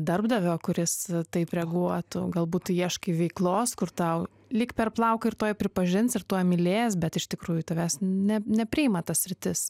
darbdavio kuris taip reaguotų galbūt tu ieškai veiklos kur tau lyg per plauką ir tuoj pripažins ir tuo mylės bet iš tikrųjų tavęs ne nepriima ta sritis